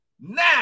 now